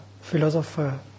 philosopher